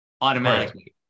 automatically